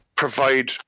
provide